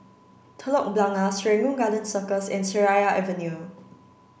Telok Blangah Serangoon Garden Circus and Seraya Avenue